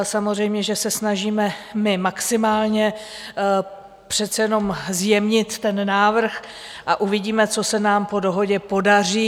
Samozřejmě že se snažíme maximálně přece jenom zjemnit ten návrh a uvidíme, co se nám po dohodě podaří.